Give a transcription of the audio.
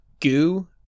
Goo